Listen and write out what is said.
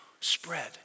spread